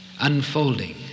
unfolding